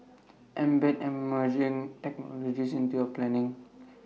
embed emerging technologies into your planning